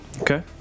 Okay